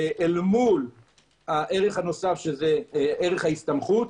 אל מול הערך הנוסף - ערך ההסתמכות,